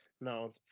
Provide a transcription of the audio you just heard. no